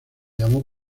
llamó